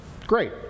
Great